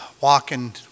walking